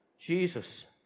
Jesus